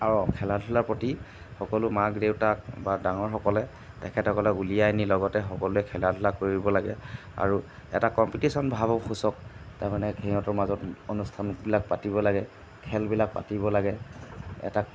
আৰু খেলা ধূলাৰ প্ৰতি সকলো মাক দেউতাক বা ডাঙৰসকলে তেখেতসকলক উলিয়াই নি লগত সকলোয়ে খেলা ধূলা কৰিব লাগে আৰু এটা কম্পিটিশ্যনভাৱসূচক তাৰমানে সিহঁতৰ মাজত অনুষ্ঠানবিলাক পাতিব লাগে খেলবিলাক পাতিব লাগে এটা